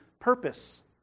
purpose